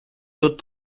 тут